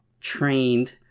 trained